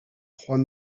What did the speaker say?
trois